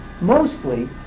Mostly